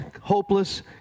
hopeless